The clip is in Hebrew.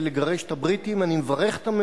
ואני דורש את זה מכם, אני לא מבקש את זה